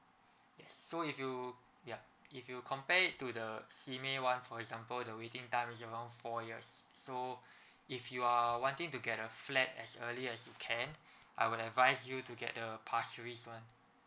yes so if you ya if you compare it to the seamay one for example the waiting time is around four years so if you are wanting to get a flat as early as you can I will advise you to get the pasir ris one